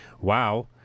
Wow